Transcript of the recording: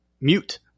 Mute